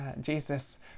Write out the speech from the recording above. Jesus